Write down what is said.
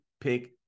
Pick